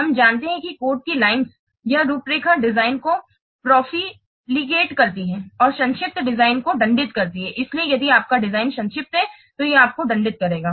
हम जानते हैं कि कोड की पंक्तियाँ यह रूपरेखा डिजाइन को पुरस्कृत करती हैं और संक्षिप्त डिजाइन को दंडित करती हैं इसलिए यदि आपका डिजाइन संक्षिप्त है तो यह आपको दंडित करेगा